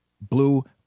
blue